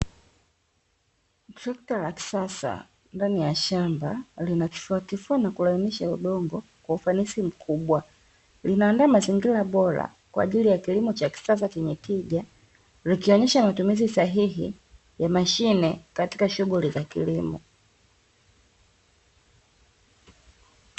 Trekta la kisasa ndani ya shamba linatifuatifua na kulainisha udongo kwa ufanisi mkubwa, linaandaa mazingira bora kwa ajili ya kilimo cha kisasa chenye tija, likionesha matumizi sahihi ya mashine katika shughuli za kilimo.